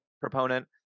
proponent